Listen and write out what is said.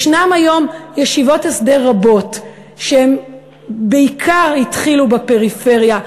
ישיבות הסדר רבות בעיקר התחילו בפריפריה.